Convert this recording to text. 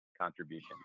contribution